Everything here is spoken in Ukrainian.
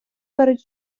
перед